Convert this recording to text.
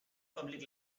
public